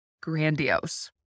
grandiose